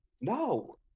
no